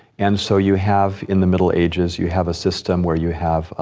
and so you have in the middle ages, you have a system where you have, ah,